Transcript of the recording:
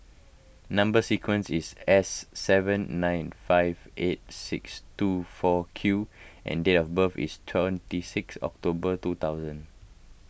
Number Sequence is S seven nine five eight six two four Q and date of birth is twenty six October two thousand